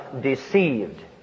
deceived